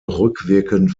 rückwirkend